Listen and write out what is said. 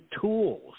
tools